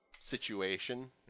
situation